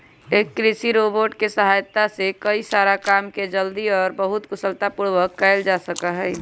एक कृषि रोबोट के सहायता से कई सारा काम के जल्दी और बहुत कुशलता पूर्वक कइल जा सका हई